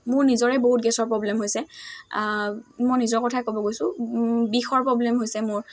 মোৰ নিজৰে বহুত গেছৰ প্ৰব্লেম হৈছে মই নিজৰ কথাই ক'ব গৈছোঁ বিষৰ প্ৰব্লেম হৈছে মোৰ